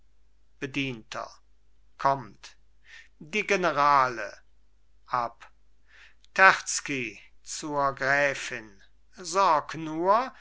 bedienter kommt die generale ab terzky zur gräfin sorg nur